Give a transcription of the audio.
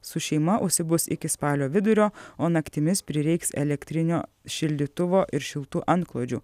su šeima užsibus iki spalio vidurio o naktimis prireiks elektrinio šildytuvo ir šiltų antklodžių